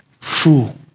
fool